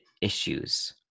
issues